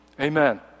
Amen